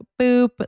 boop